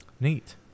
Neat